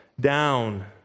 down